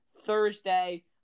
thursday